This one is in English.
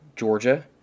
Georgia